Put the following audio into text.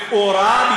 לכאורה,